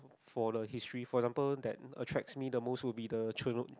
for the history for example the attracts me will the chernlob~